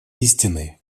истины